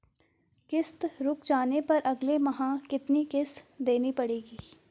किश्त रुक जाने पर अगले माह कितनी किश्त देनी पड़ेगी?